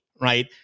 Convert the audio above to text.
right